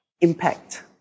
impact